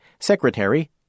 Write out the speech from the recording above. Secretary